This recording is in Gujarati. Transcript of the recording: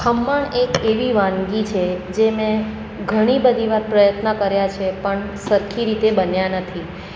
ખમણ એક એવી વાનગી છે જે મેં ઘણી બધી વાર પ્રયત્ન કર્યા છે પણ સરખી રીતે બન્યા નથી